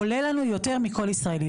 עולה לנו יותר מכל ישראלי,